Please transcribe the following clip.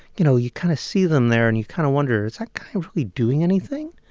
you know, you kind of see them there, and you kind of wonder, is that guy really doing anything?